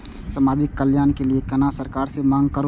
समाजिक कल्याण के लीऐ केना सरकार से मांग करु?